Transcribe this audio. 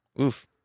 Oof